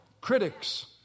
Critics